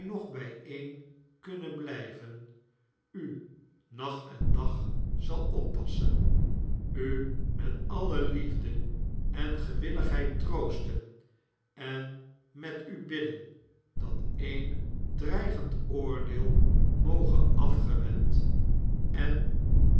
nog bijeen kunnen blijven u nacht en dag zal oppassen u met alle liefde en gewilligheid troosten en met u bidden dat e'en dreigend oordeel moge afgewend en